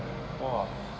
!wah!